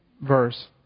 verse